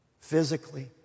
physically